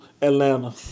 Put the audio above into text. Atlanta